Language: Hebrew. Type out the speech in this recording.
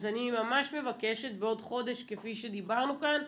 אז אני ממש מבקשת בעוד חודש כפי שדיברנו כאן,